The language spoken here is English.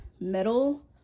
metal